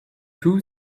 two